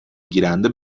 گیرنده